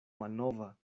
malnova